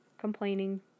complaining